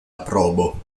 aprobo